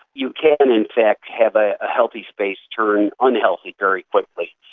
you can in fact have a healthy space turn unhealthy very quickly.